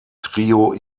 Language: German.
trio